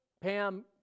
Pam